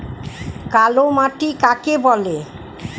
কালোমাটি কাকে বলে?